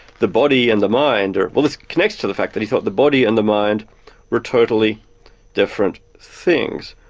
the body and the mind are. well it's connected to the fact that he thought the body and the mind were totally different things.